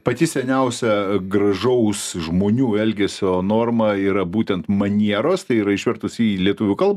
pati seniausia gražaus žmonių elgesio norma yra būtent manieros tai yra išvertus į lietuvių kalbą